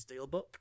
Steelbook